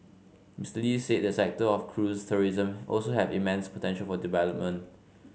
Mister Lee said the sector of cruise tourism also have immense potential for development